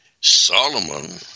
Solomon